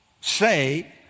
say